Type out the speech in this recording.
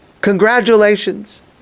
Congratulations